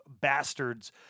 Bastards